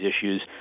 issues